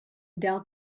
doubt